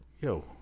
Yo